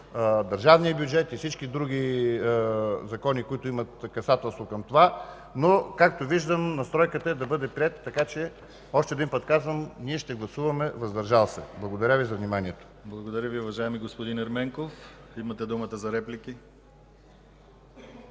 държавния бюджет и всички други закони, които имат касателство към това, но както виждам, настройката е да бъде приет, така че още един път казвам – ние ще гласуваме „въздържали се”. Благодаря Ви за вниманието. ПРЕДСЕДАТЕЛ ДИМИТЪР ГЛАВЧЕВ: Благодаря Ви, уважаеми господин Ерменков. Имате думата за реплики.